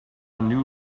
new